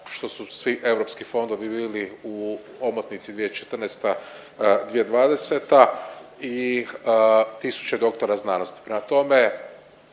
što su svi europski fondovi bili u omotnici 2014.- 2020. i tisuće doktora znanosti, prema tome